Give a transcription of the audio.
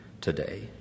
today